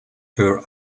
her